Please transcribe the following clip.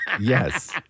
Yes